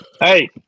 Hey